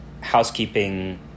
housekeeping